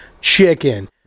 chicken